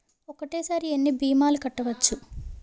ఒక్కటేసరి ఎన్ని భీమాలు కట్టవచ్చు?